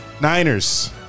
Niners